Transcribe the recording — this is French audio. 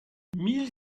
mille